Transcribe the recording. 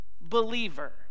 believer